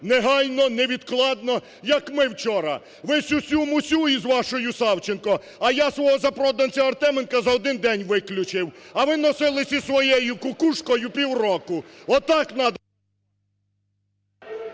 негайно, невідкладно, як ми вчора. Ви "сюсю-мусю" із вашою Савченко, а я свого запроданця Артеменка за один день виключив. А ви носились із своєю кукушкою півроку. Отак…